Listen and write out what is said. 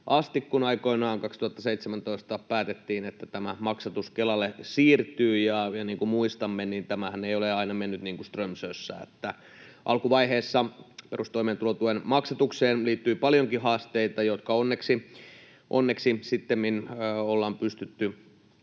kun aikoinaan 2017 päätettiin, että tämä maksatus Kelalle siirtyy, ja niin kuin muistamme, tämähän ei ole aina mennyt niin kuin Strömsössä: alkuvaiheessa perustoimeentulotuen maksatukseen liittyi paljonkin haasteita, jotka onneksi sittemmin ollaan pystytty